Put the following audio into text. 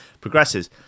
progresses